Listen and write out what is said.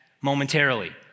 momentarily